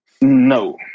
No